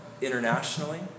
internationally